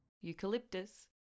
eucalyptus